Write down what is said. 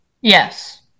Yes